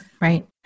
Right